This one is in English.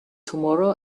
tomorrow